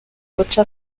guca